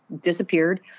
disappeared